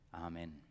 Amen